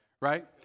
right